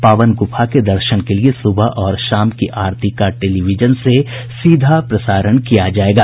पावन गुफा के दर्शन के लिए सुबह और शाम की आरती का टेलीविजन से सीधा प्रसारण किया जाएगा